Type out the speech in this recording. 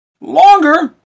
longer